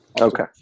Okay